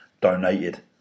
donated